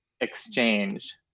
exchange